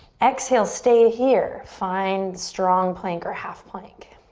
exhale, stay here. find strong plank or half plank.